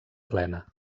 plena